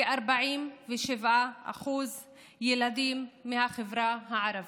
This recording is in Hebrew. כ-47% הם ילדים מהחברה הערבית,